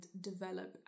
develop